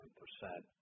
percent